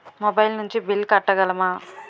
Mobile నుంచి bill కట్టగలమ?